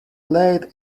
laid